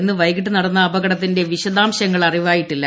ഇന്ന് വൈകിട്ട് നടന്ന അപകട ത്തിന്റെ വിശദാംശങ്ങൾ അറിവായിട്ടില്ല